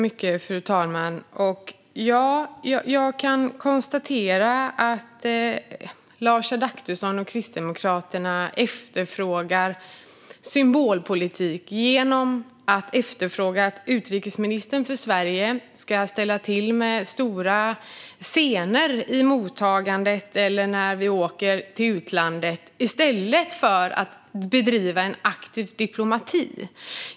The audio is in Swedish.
Fru talman! Jag kan konstatera att Lars Adaktusson och Kristdemokraterna efterfrågar symbolpolitik genom att efterfråga att Sveriges utrikesminister ska ställa till med stora scener i mottagandet eller när vi åker till utlandet i stället för att bedriva en aktiv diplomati.